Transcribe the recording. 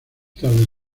tarde